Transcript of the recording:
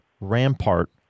rampart